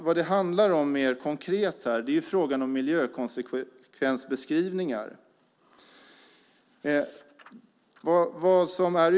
Vad det handlar om mer konkret är frågan om miljökonsekvensbeskrivningar.